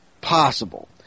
possible